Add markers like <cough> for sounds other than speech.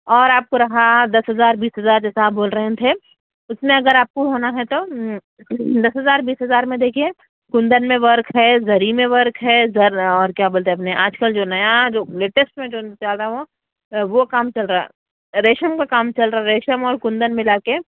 اور آپ کو رہا دس ہزار بیس ہزار جیسا آپ بول رہے تھے اس میں اگر آپ کو ہونا ہے تو دس ہزار بیس ہزار میں دیکھیے کندن میں ورک ہے زری میں ورک ہے زر اور کیا بولتے ہیں اپنے آج کل جو نیا لیٹیسٹ میں جو <unintelligible> ہوا اور وہ کام چل رہا ریشم کا کام چل رہا ریشم اور کندن ملا کے